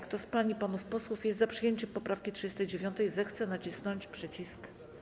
Kto z pań i panów posłów jest za przyjęciem poprawki 39., zechce nacisnąć przycisk.